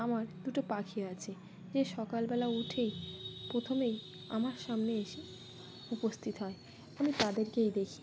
আমার দুটো পাখি আছে যে সকালবেলা উঠেই প্রথমেই আমার সামনে এসে উপস্থিত হয় আমি তাদেরকেই দেখি